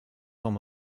temps